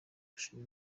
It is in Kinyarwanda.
ashima